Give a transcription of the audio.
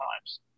times